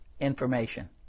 information